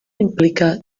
implica